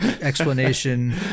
explanation